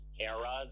era